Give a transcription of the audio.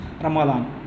Ramalan